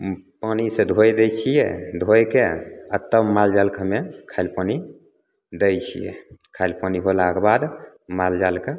पानि से धोइ दै छियै धोइके आ तब माल जालके हमे खाए लऽ पानि दै छियै खाइ लऽ पानि कयलाके बाद माल जाल कऽ